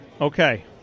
Okay